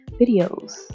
videos